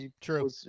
true